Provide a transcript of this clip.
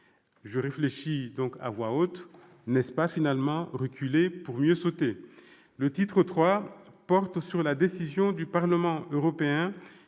Je réfléchis à voix haute : n'est-ce pas finalement reculer pour mieux sauter ? Le titre III porte sur la décision du Parlement européen